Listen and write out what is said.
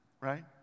right